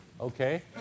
Okay